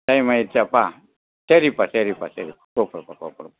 time ஆயிடுச்சாப்பா சரிப்பா சரிப்பா சரிப்பா போப்பா போப்பா